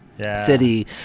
City